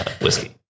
whiskey